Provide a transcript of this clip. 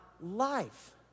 life